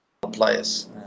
players